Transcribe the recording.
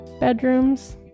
bedrooms